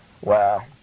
Wow